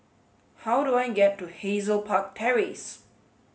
how do I get to Hazel Park Terrace